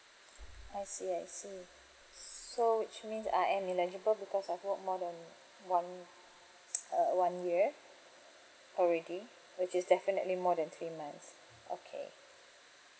I see I see so which means I am eligible because I've worked more than one uh one year already which is definitely more than three months okay